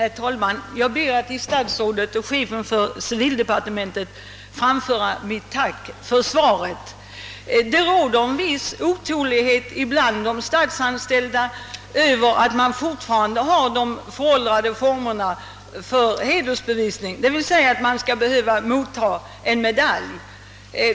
Herr talman! Jag ber att till statsrådet och chefen för civildepartementet få framföra mitt tack för svaret. Det råder en viss otålighet bland de statsanställda över att man fortfarande har kvar de föråldrade formerna för hedersbevisning, d. v. s. att man skall behöva mottaga en medalj.